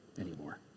anymore